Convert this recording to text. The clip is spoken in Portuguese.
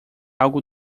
algo